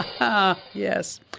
Yes